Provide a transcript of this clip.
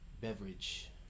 beverage